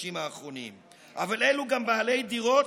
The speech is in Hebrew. בחודשים האחרונים אבל גם בעלי דירות,